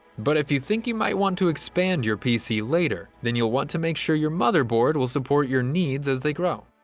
but if you think you might want to expand your pc later then you'll want to make sure your motherboard will support your needs as they grow.